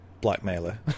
blackmailer